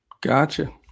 Gotcha